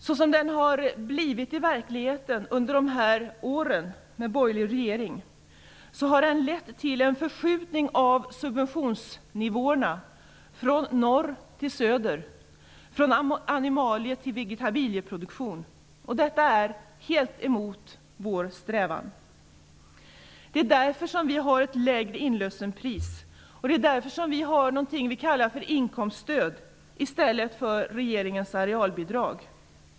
Såsom den har blivit i verkligheten under åren med borgerlig regering har den lett till en förskjutning av subventionsnivåerna från norr till söder och från animalie till vegetabilieproduktion. Detta är helt emot vår strävan. Därför har vi ett lägre inlösenpris. Därför vill vi också ha något som vi kallar för inkomststöd i stället för regeringens arealbidrag.